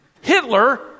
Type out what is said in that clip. Hitler